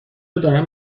دارم